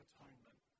Atonement